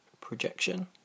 projection